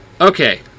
Okay